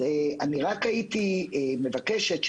הייתי מבקשת,